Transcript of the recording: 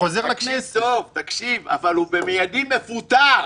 תקשיב טוב, תקשיב, הוא במיידי מפוטר.